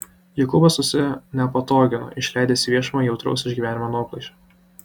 jokūbas susinepatogino išleidęs į viešumą jautraus išgyvenimo nuoplaišą